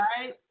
right